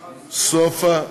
סופה,